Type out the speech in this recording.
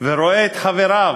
ורואה את חבריו